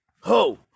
ho